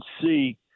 see